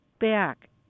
back